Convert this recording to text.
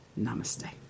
Namaste